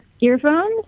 earphones